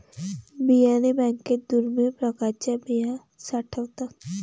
बियाणे बँकेत दुर्मिळ प्रकारच्या बिया साठवतात